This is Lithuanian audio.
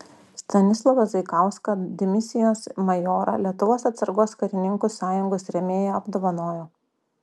stanislovą zaikauską dimisijos majorą lietuvos atsargos karininkų sąjungos rėmėją apdovanojo